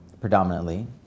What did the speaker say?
predominantly